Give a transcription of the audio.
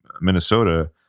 Minnesota